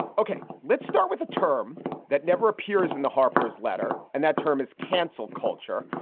ok, let's start with a term that never appears in the harper's letter, and that term is cancelled culture.